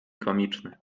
komiczny